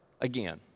again